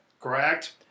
Correct